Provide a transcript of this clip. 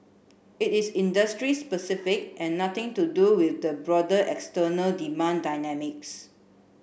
it is industry specific and nothing to do with the broader external demand dynamics